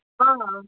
अँ